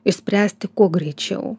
išspręsti kuo greičiau